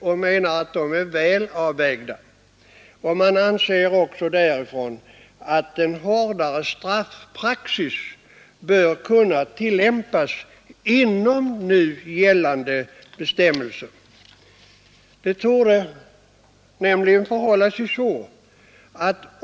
Man menar att de är väl avvägda och man anser också att en hårdare straffpraxis bör kunna tillämpas inom ramen för nu gällande bestämmelser.